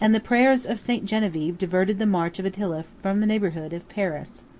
and the prayers of st. genevieve diverted the march of attila from the neighborhood of paris.